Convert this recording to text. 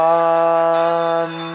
one